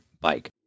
bike